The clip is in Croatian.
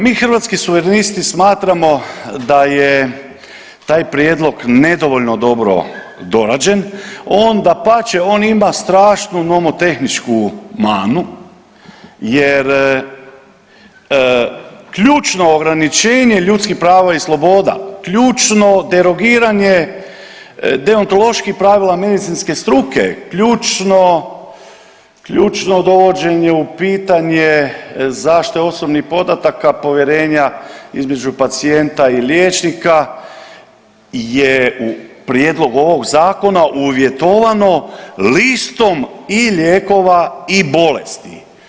Mi Hrvatski suverenisti smatramo da je taj prijedlog nedovoljno dobro dorađen, dapače on ima strašnu nomotehničku manu jer ključno ograničenje ljudskih prava i sloboda, ključno derogiranje deontoloških pravila medicinske struke, ključno dovođenje u pitanje zaštite osobnih podataka, povjerenja između pacijenta i liječnika je u prijedlogu ovog zakona uvjetovano listom i lijekova i bolesti.